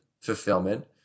fulfillment